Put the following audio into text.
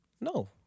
no